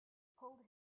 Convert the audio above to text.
pulled